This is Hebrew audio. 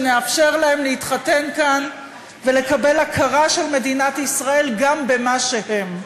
נאפשר להם להתחתן כאן ולקבל הכרה של מדינת ישראל גם במה שהם.